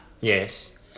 Yes